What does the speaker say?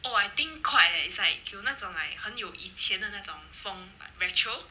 oh I think quite leh it's like 有那种 like 很有以前的那种风 retro